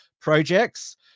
projects